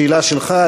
שאלה שלך,